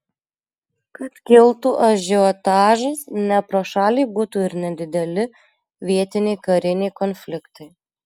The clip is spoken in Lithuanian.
kad kiltų ažiotažas ne pro šalį būtų ir nedideli vietiniai kariniai konfliktai